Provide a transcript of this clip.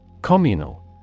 Communal